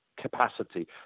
capacity